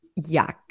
Yuck